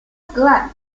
glenn